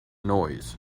noise